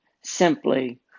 simply